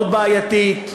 מאוד בעייתית.